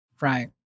Right